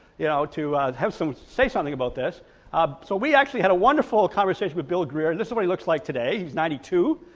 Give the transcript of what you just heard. you know, to have some say something about this so we actually had a wonderful conversation with bill greer and this is what he looks like today, he's ninety two,